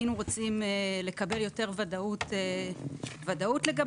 היינו רוצים לקבל יותר ודאות לגביו.